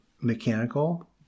mechanical